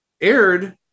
aired